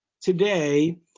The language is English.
today